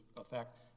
effect